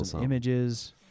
images